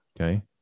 okay